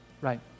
Right